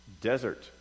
desert